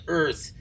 earth